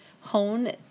hone